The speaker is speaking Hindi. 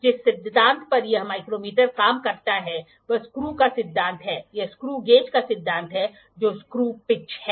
जिस सिद्धांत पर यह माइक्रोमीटर काम करता है वह स्क्रु का सिद्धांत है यह स्क्रु गेज का सिद्धांत है जो स्क्रु पिच है